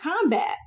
combat